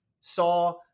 saw